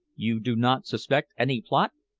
you do not suspect any plot?